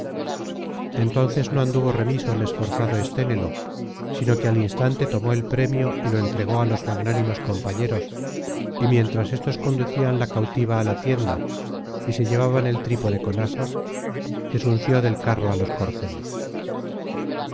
entonces no anduvo remiso el esforzado esténelo sino que al instante tomó el premio y lo entregó á los magnánimos compañeros y mientras éstos conducían la cautiva á la tienda y se llevaban el trípode con asas desunció del carro á los corceles